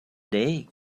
day